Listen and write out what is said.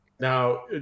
Now